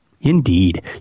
Indeed